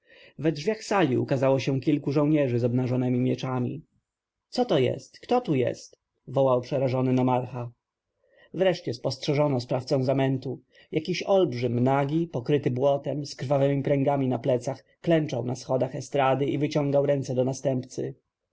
we drzwiach sali ukazało się kilku żołnierzy z obnażonemi mieczami co to jest kto tu jest wołał przerażony nomarcha nareszcie spostrzeżono sprawcę zamętu jakiś olbrzym nagi okryty błotem z krwawemi pręgami na plecach klęczał na schodach estrady i wyciągał ręce do następcy